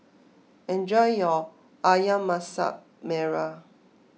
enjoy your Ayam Masak Merah